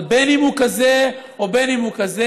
אבל בין אם הוא כזה ובין אם הוא כזה,